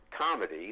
comedy